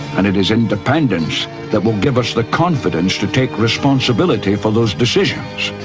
and it is independence that will give us the confidence to take responsibility for those decisions.